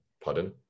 Pardon